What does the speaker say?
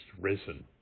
risen